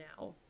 now